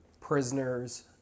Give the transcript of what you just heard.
Prisoners